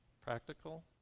Practical